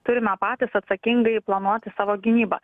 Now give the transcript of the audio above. turime patys atsakingai planuoti savo gynybą